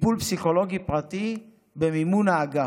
טיפול פסיכולוגי פרטי במימון האגף.